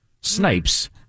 snipes